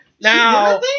Now